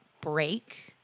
break